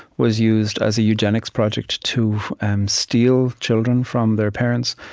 was used as a eugenics project to steal children from their parents,